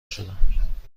شدم